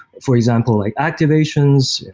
for example, like activations,